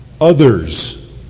Others